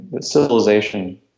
Civilization